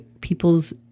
people's